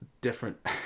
different